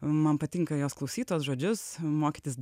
man patinka juos klausyt tuos žodžius mokytis